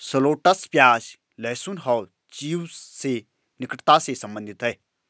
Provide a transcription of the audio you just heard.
shallots प्याज, लहसुन और चिव्स से निकटता से संबंधित है